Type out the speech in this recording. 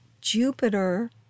Jupiter